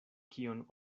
kion